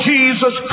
Jesus